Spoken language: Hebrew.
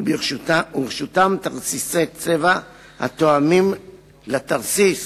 כשברשותם תרסיסי צבע התואמים את התרסיס